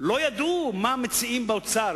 לא ידעו מה מציעים באוצר,